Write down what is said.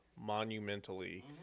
monumentally